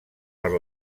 per